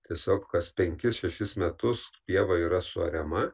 tiesiog kas penkis šešis metus pieva yra suariama